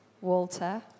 Walter